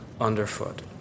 underfoot